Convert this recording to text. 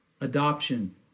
Adoption